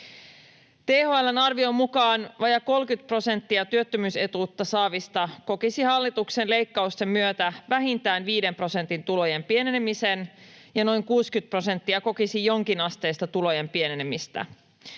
THL:n arvion mukaan vajaa 30 prosenttia työttömyysetuutta saavista kokisi hallituksen leikkausten myötä vähintään viiden prosentin tulojen pienenemisen ja noin 60 prosenttia kokisi jonkinasteista tulojen pienenemistä.